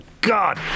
god